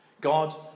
God